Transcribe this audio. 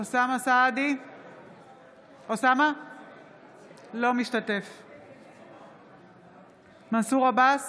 אינו משתתף בהצבעה מנסור עבאס,